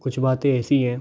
कुछ बातें ऐसी हैं